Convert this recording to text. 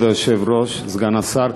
כבוד היושב-ראש, סגן השר,